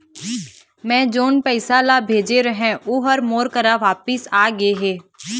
मै जोन पैसा ला भेजे रहें, ऊ हर मोर करा वापिस आ गे हे